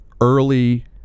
early